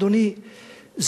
אדוני,